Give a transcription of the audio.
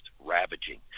ravaging